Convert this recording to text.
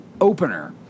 opener